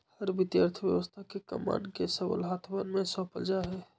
हर वित्तीय अर्थशास्त्र के कमान के सबल हाथवन में सौंपल जा हई